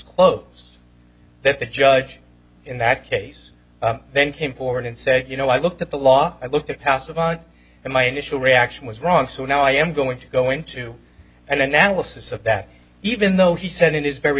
close that the judge in that case then came forward and said you know i looked at the law i looked at passive on and my initial reaction was wrong so now i am going to go into an analysis of that even though he said in his very